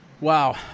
Wow